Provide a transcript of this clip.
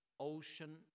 Ocean